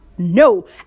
No